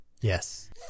Yes